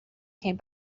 came